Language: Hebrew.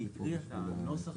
כן.